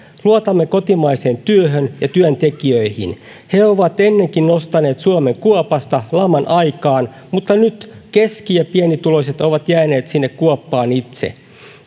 luotamme kotimaiseen työhön ja työntekijöihin he ovat ennenkin nostaneet suomen kuopasta laman aikaan mutta nyt keski ja pienituloiset ovat jääneet sinne kuoppaan itse